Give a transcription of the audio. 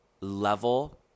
level